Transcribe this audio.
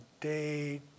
day